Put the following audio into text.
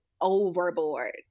overboard